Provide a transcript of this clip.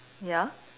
ya